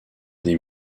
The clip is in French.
des